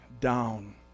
down